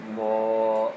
more